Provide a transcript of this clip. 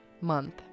month